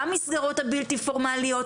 במסגרות הבלתי פורמליות,